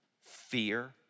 fear